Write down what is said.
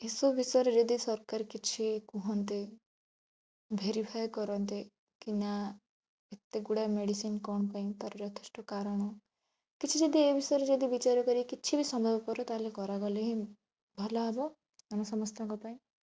ଏ ସବୁ ବିଷୟରେ ଯଦି ସରକାର କିଛି କୁହନ୍ତେ ଭେରିଫାଏ କରନ୍ତେ କି ନା ଏତେ ଗୁଡ଼ାଏ ମେଡ଼ିସିନ୍ କଣପାଇଁ ତା ର ଯଥେଷ୍ଟ କାରଣ କିଛି ଯଦି ଏ ବିଷୟରେ ଯଦି ବିଚାର କରି କିଛି ବି ସମ୍ଭବପର ତାହେଲେ କରାଗଲେ ହିଁ ଭଲ ହେବ ଆମ ସମସ୍ତଙ୍କପାଇଁ